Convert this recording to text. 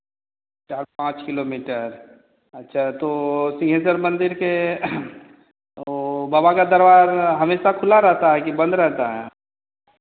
चार पाँच किलोमीटर अच्छा तो सिंहेश्वर मंदिर के वो बाबा का दरबार हमेशा खुला रहता है की बंद रहता है